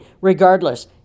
Regardless